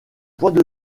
points